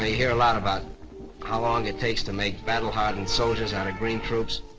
ah hear a lot about how long it takes to make battle hardened soldiers out of green troops.